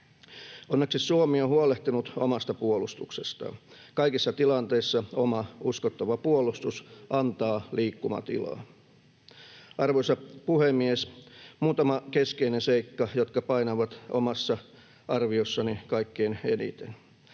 Onneksi Suomi on huolehtinut omasta puolustuksestaan. Kaikissa tilanteissa oma, uskottava puolustus antaa liikkumatilaa. Arvoisa puhemies! Muutama keskeinen seikka, jotka painavat omassa arviossani kaikkein eniten.